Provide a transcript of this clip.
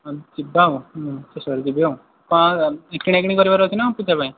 ହଁ ଯିବା ଆଉ ଶେଷରେ ଯିବି ଆଉ କ'ଣ କିଣା କିଣି କରିବାର ଅଛି ନା କ'ଣ ପୂଜା ପାଇଁ